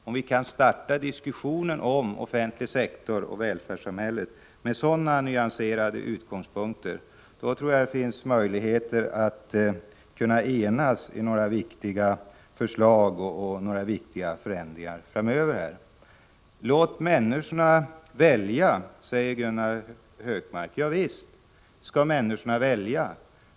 Om vi kan börja diskussionen om den offentliga sektorn och välfärdssamhället från så nyanserade utgångspunkter, då tror jag att det finns möjligheter att enas om viktiga förslag och förändringar framöver. Låt människorna välja, säger Gunnar Hökmark. Javisst skall människorna välja.